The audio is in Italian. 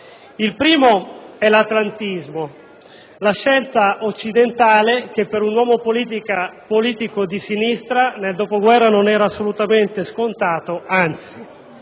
il primo è l'atlantismo, la scelta occidentale che per un uomo politico di sinistra nel dopoguerra non era assolutamente scontata, anzi;